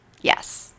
yes